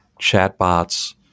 chatbots